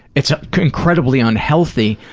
it's incredibly unhealthy,